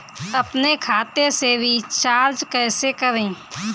अपने खाते से रिचार्ज कैसे करें?